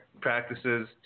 practices